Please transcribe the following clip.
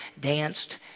danced